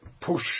push